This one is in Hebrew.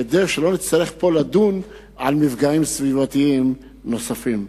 כדי שלא נצטרך פה לדון על מפגעים סביבתיים נוספים.